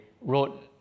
wrote